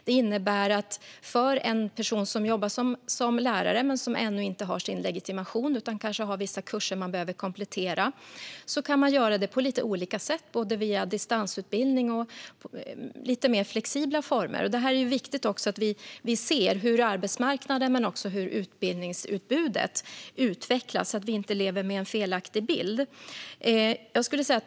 Det innebär att en person som jobbar som lärare men som ännu inte har sin legitimation utan kanske har vissa kurser som behöver kompletteras kan göra det på lite olika sätt, via distansutbildning eller under mer flexibla former. Det är viktigt att vi ser hur arbetsmarknaden och utbildningsutbudet utvecklas, så att vi inte lever med en felaktig bild.